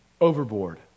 overboard